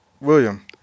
William